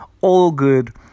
all-good